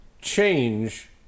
change